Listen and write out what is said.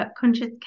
Conscious